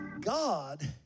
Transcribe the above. god